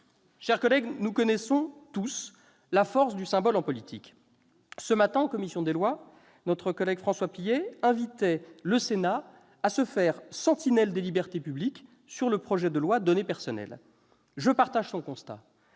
Chers collègues, nous connaissons tous la force du symbole en politique. Ce matin, en commission des lois, François Pillet invitait le Sénat à se faire sentinelle des libertés publiques sur le projet de loi relatif à la protection des données personnelles. Je partage son constat